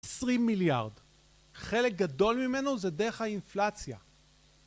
עשרים מיליארד. חלק גדול ממנו זה דרך האינפלציה